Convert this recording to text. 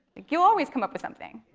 you'll always come up with something.